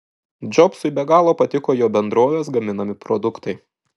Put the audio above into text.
džobsui be galo patiko jo bendrovės gaminami produktai